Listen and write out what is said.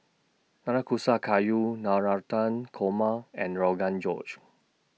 Nanakusa Gayu Navratan Korma and Rogan Josh